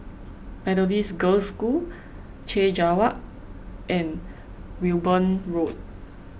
Methodist Girls' School Chek Jawa and Wimborne Road